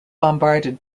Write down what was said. bombarded